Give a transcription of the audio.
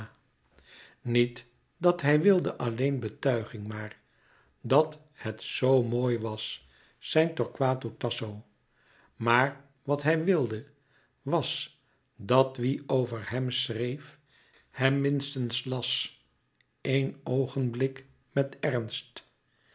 niet dat hij wilde alleen betuiging maar dat het zoo mooi was zijn torquato tasso maar wàt hij wilde was dat wie over hem schreef hem minstens las één oogenblik met ernst